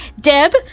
Deb